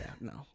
no